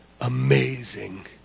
amazing